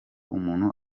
umuntu